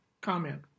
comment